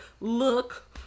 look